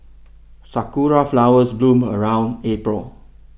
sakura flowers bloom around April